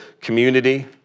community